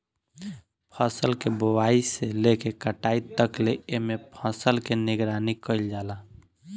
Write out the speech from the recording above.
फसल के बोआई से लेके कटाई तकले एमे फसल के निगरानी कईल जाला